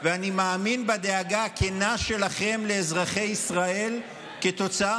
ואני מאמין בדאגה הכנה שלכם לאזרחי ישראל כתוצאה